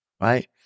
right